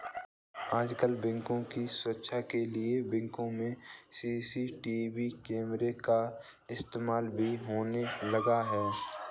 आजकल बैंकों की सुरक्षा के लिए बैंकों में सी.सी.टी.वी कैमरा का इस्तेमाल भी होने लगा है